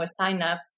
signups